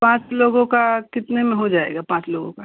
पाँच लोगों का कितने में हो जाएगा पाँच लोगों का